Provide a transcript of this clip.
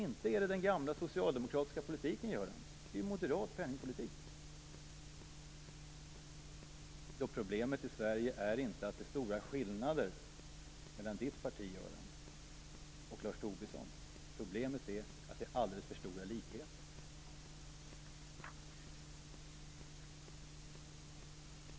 Inte är det den gamla socialdemokratiska politiken, Göran Persson. Det är moderat penningpolitik. Problemet i Sverige är inte att det är stora skillnader mellan Göran Perssons och Lars Tobissons partier. Problemet är att det är alldeles för stora likheter.